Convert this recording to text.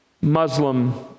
Muslim